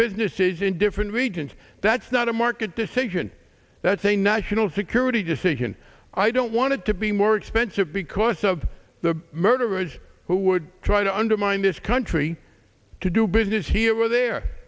business is in different regions that's not a market decision that's a national security decision i don't want to be more expensive because of the murderers who would try to undermine this country to do business here or there